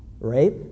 Rape